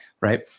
right